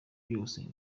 byose